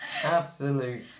Absolute